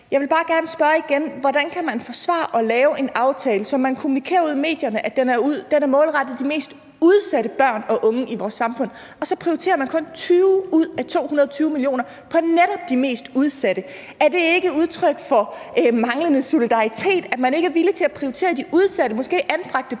Jeg vil bare gerne spørge igen, hvordan man kan forsvare at lave en aftale, hvor man kommunikerer ud i medierne, at den er målrettet de mest udsatte børn og unge i vores samfund, og hvor man så prioriterer kun 20 ud af 220 mio. kr. på netop de mest udsatte. Er det ikke udtryk for manglende solidaritet, at man ikke er villig til at prioritere de udsatte, måske anbragte